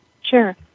Sure